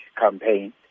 campaign